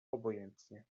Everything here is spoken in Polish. obojętnie